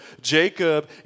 Jacob